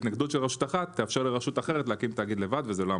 התנגדות של רשות אחת תאפשר לרשות אחרת להקים תאגיד לבד וזה לא המטרה.